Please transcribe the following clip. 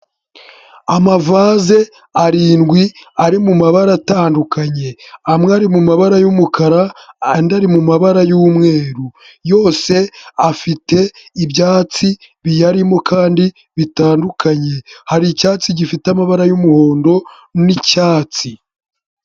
Amavase arindwi ari mu mabara atandukanye, amwe ari mu mabara y'umukara, andi ari mu mabara y'umweru, yose afite ibyatsi biyarimo kandi bitandukanye, hari icyatsi gifite amabara y'umuhondo n'icyatsi.